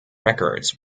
records